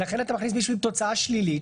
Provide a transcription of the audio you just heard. לכן אתה מכניס מישהו עם תוצאה שלילית,